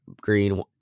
green